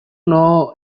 know